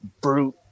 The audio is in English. brute